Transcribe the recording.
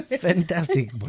Fantastic